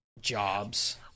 jobs